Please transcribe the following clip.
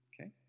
Okay